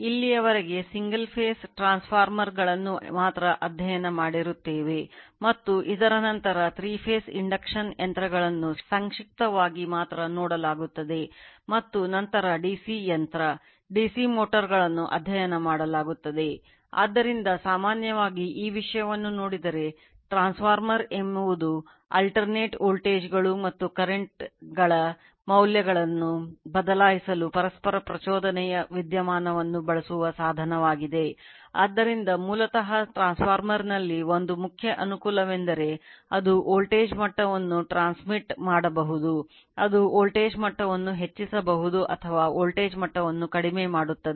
ಇಲ್ಲಿಯವರೆಗೆ Single phase ಮಾಡಬಹುದು ಅದು ವೋಲ್ಟೇಜ್ ಮಟ್ಟವನ್ನು ಹೆಚ್ಚಿಸಬಹುದು ಅಥವಾ ವೋಲ್ಟೇಜ್ ಮಟ್ಟವನ್ನು ಕಡಿಮೆ ಮಾಡುತ್ತದೆ